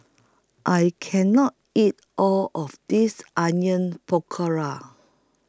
I Can not eat All of This Onion Pakora